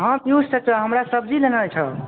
हँ पियूष चाचा हमरा सब्जी लेनाइ छऽ